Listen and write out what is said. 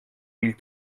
mille